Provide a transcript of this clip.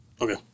Okay